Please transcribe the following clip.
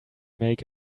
make